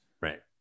right